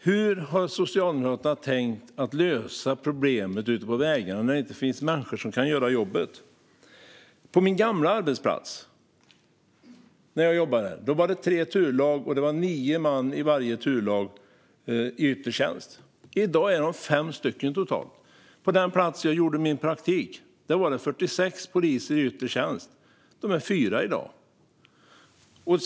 Hur har Socialdemokraterna tänkt lösa problemet ute på vägarna om det inte finns människor som kan göra jobbet? På min gamla arbetsplats fanns det när jag jobbade i yttre tjänst tre turlag med nio man i varje turlag. I dag är de totalt fem stycken. På den plats där jag gjorde min praktik fanns 46 poliser i yttre tjänst. De är i dag fyra.